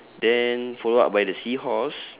then follow up by the seahorse